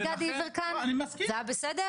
זה היה בסדר?